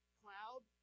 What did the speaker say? cloud